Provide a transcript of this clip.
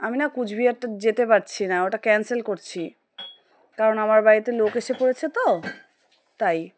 আমি না কুচবিহার যেতে পারছি না ওটা ক্যান্সেল করছি কারণ আমার বাড়িতে লোক এসে পড়েছে তো তাই